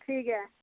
ठीक ऐ